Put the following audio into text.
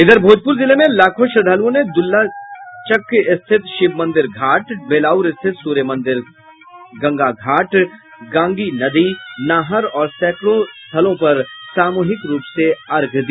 इधर भोजप्र जिले में लाखों श्रद्घालुओं ने दुल्लमचक स्थित शिव मंदिर घाट बेलाऊर स्थित सूर्य मंदिर गंगा घाट गांगी नदी नाहर और सैकड़ों स्थलों पर सामूहिक रूप से अर्घ्य दिया